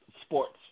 sports